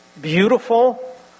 beautiful